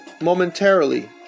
momentarily